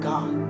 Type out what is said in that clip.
God